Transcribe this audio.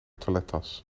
toilettas